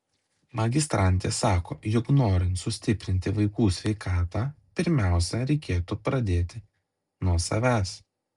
magistrantė sako jog norint sustiprinti vaikų sveikatą pirmiausia reikėtų pradėti nuo savęs